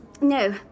No